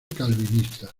calvinista